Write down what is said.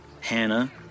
Hannah